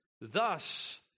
thus